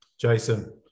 Jason